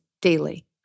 daily